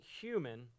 human